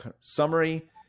summary